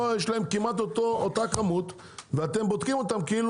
פה יש להם כמעט אותה כמות ואתם בודקים אותם כאילו